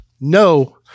No